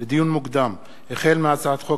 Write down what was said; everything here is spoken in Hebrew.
לדיון מוקדם: החל בהצעת חוק